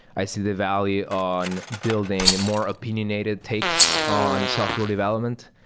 i see the value on building a more opinionated takes on software development.